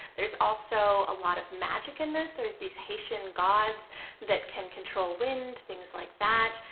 there's also a lot of magic in this. there's these haitian gods that can control wind, things like that.